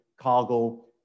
cargo